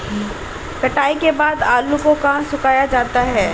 कटाई के बाद आलू को कहाँ सुखाया जाता है?